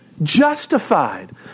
justified